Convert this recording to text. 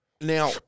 now